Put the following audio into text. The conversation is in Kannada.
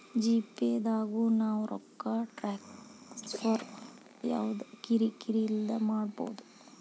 ಜಿ.ಪೇ ದಾಗು ನಾವ್ ರೊಕ್ಕ ಟ್ರಾನ್ಸ್ಫರ್ ಯವ್ದ ಕಿರಿ ಕಿರಿ ಇಲ್ದೆ ಮಾಡ್ಬೊದು